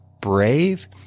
brave